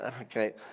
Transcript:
Okay